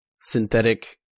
synthetic